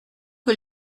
que